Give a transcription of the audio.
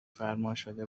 فرماشده